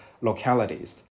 localities